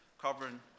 covering